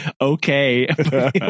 okay